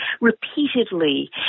repeatedly